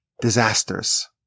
disasters